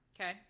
okay